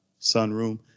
sunroom